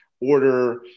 order